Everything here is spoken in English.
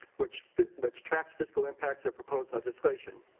which which tracks fiscal impact so proposed legislation.